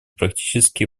практические